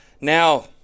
Now